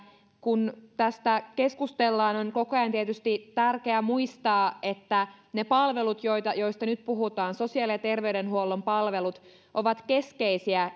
kun tästä keskustellaan on koko ajan tietysti tärkeä muistaa että ne palvelut joista nyt puhutaan sosiaali ja terveydenhuollon palvelut ovat keskeisiä